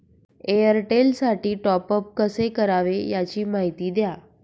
एअरटेलसाठी टॉपअप कसे करावे? याची माहिती द्या